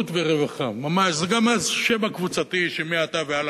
זה פרמיה שאדם משלם עבור הביטוח שלו.